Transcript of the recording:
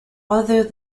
although